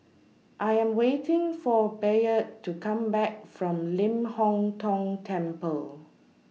I Am waiting For Bayard to Come Back from Ling Hong Tong Temple